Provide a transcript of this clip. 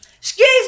excuse